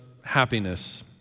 happiness